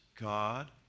God